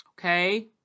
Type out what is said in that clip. okay